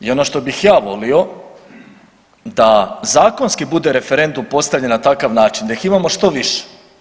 I ono što bih ja volio da zakonski bude referendum postavljen na takav način da ih imamo što više.